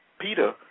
Peter